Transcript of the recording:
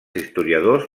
historiadors